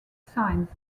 signs